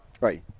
Right